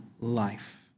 life